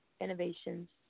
innovations